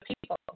people